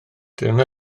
dyna